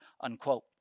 unquote